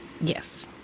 Yes